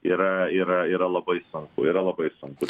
yra yra yra labai sunku yra labai sunku